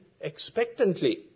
expectantly